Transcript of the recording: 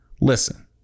listen